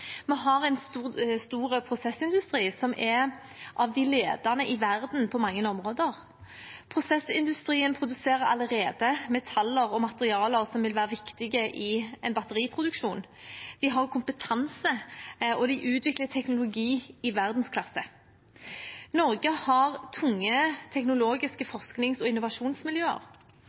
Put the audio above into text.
Vi har en stor prosessindustri som er av de ledende i verden på mange områder. Prosessindustrien produserer allerede metaller og materialer som vil være viktige i en batteriproduksjon. De har kompetanse, og de utvikler teknologi i verdensklasse. Norge har tunge teknologiske forsknings- og innovasjonsmiljøer.